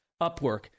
Upwork